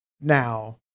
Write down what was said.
now